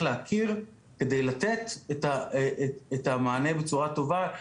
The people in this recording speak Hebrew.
להכיר על מנת לתת את המענה בצורה הטובה ביותר,